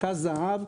רכז זה"ב,